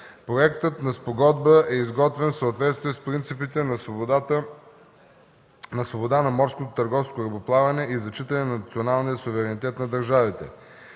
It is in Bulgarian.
Проектът на спогодба е изготвен в съответствие с принципите на свобода на морското търговско корабоплаване и зачитане на националния суверенитет на държавите.